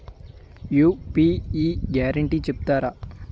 UPI guarantee చెప్తారా?